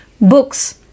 books